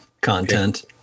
content